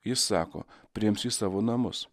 jis sako priims į savo namus